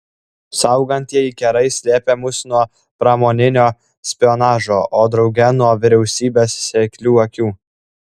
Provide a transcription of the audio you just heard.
saugantieji kerai slėpė mus nuo pramoninio špionažo o drauge ir nuo vyriausybės seklių akių